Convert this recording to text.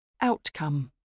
Outcome